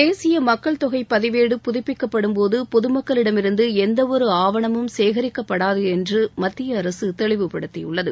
தேசிய மக்கள்தொகை பதிவேடு புதுப்பிக்கப்படும்போது பொதுமக்களிடமிருந்து எந்தவொரு ஆவணமும் சேகரிக்கப்படாது என்று மத்திய அரசு தெளிவுப்படுத்தியுள்ளது